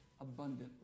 abundantly